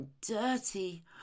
dirty